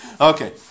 Okay